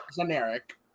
generic